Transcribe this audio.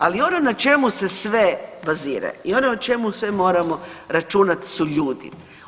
Ali ono na čemu se sve bazira i ono na čemu sve moramo računat su ljudi.